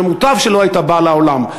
שמוטב שלא הייתה באה לעולם.